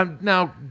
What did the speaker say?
Now